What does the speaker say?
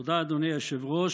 תודה, אדוני היושב-ראש.